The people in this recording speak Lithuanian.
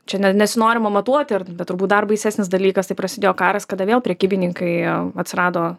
čia net nesinori matuoti ir tada turbūt dar baisesnis dalykas tai prasidėjo karas kada vėl prekybininkai atsirado